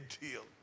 deal